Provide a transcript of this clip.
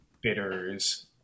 bitters